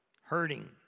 hurting